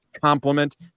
compliment